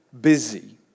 busy